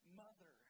mother